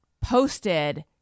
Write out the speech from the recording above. posted